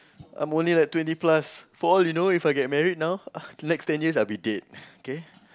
I'm only like twenty plus four you know If I get married now uh next ten years I'll be dead kay